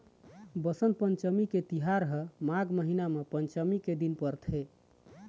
बसंत पंचमी के तिहार ह माघ महिना म पंचमी के दिन परथे